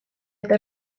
eta